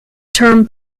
term